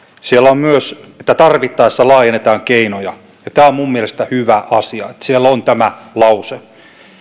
siellä on myös että tarvittaessa laajennetaan keinoja ja tämä on mielestäni hyvä asia että siellä on tämä lause